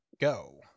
Go